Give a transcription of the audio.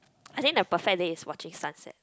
I think the perfect day is watching sunset